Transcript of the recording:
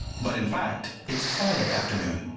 but in fact it's friday afternoon.